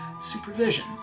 supervision